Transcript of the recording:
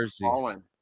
fallen